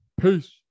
Peace